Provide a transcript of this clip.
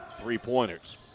three-pointers